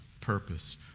purpose